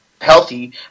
healthy